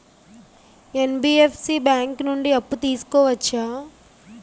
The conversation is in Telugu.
ఎన్.బి.ఎఫ్.సి బ్యాంక్ నుండి అప్పు తీసుకోవచ్చా?